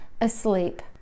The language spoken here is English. asleep